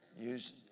Use